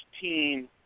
team